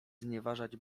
znieważać